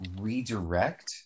Redirect